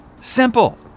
simple